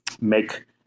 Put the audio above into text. make